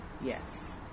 yes